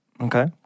Okay